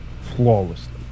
flawlessly